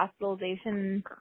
hospitalization